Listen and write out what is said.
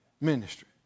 ministry